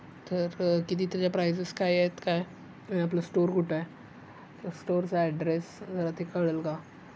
तर किती त्याच्या प्रायसेस काय आहेत काय आणि आपलं स्टोअर कुठे आहे स्टोअरचा ॲड्रेस जरा ते कळेल का